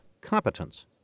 competence